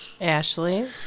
Ashley